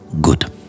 good